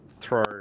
throw